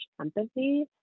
empathy